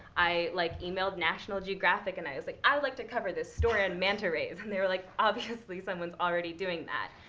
i like emailed national geographic. and i was like, i would like to cover this story on manta rays. and they were like, obviously, someone's already doing that.